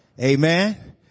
Amen